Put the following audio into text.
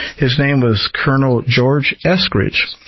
his name was colonel george eskridge.